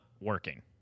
working